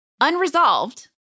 unresolved